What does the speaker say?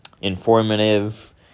informative